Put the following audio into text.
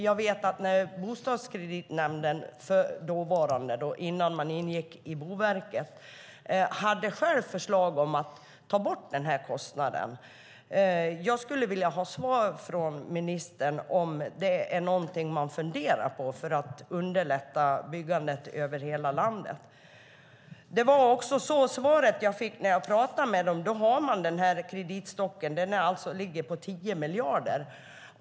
Jag vet att dåvarande bostadskreditnämnden, innan man ingick i Boverket, själv hade förslag om att ta bort den här kostnaden. Jag skulle vilja ha svar från ministern om det är någonting man funderar på för att underlätta byggandet över hela landet. Det var också svaret jag fick när jag pratade med dem. Man har den här kreditstocken. Den ligger alltså på 10 miljarder.